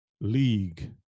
league